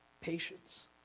Patience